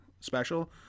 special